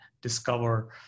Discover